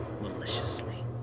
maliciously